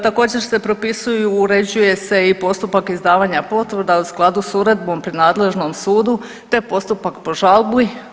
Također se propisuju, uređuje se i postupak izdavanja potvrda u skladu s Uredbom pri nadležnom sudu te postupak po žalbi.